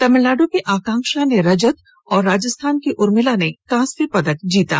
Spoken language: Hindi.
तमिलनाडू की आकांक्षा ने रजत और राजस्थान की उर्मिला ने कांस्य पदक हासिल किया